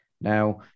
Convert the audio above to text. Now